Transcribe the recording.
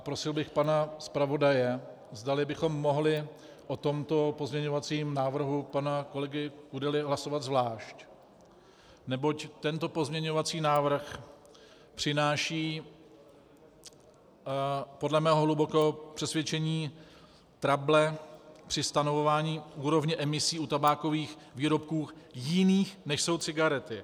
Prosil bych pana zpravodaje, zdali bychom mohli o tomto pozměňovacím návrhu pana poslance Kudely hlasovat zvlášť, neboť tento pozměňovací návrh přináší podle mého hlubokého přesvědčení trable při stanovování úrovně emisí u tabákových výrobků jiných, než jsou cigarety.